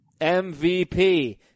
MVP